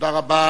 תודה רבה.